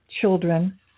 children